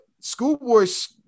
schoolboy's